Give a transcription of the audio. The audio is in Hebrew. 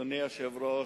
אדוני היושב-ראש,